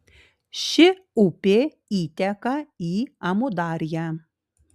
ši upė įteka į amudarją